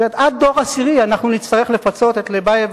זאת אומרת שעד דור עשירי נצטרך לפצות את לבייב